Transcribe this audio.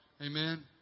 Amen